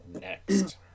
next